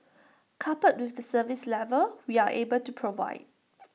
coupled with the service level we are able to provide